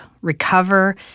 recover